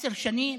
עשר שנים?